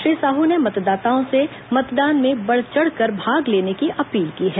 श्री साहू ने मतदाताओं से मतदान में बढ़ चढ़कर भाग लेने की अपील की है